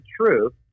true